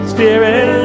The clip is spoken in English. Spirit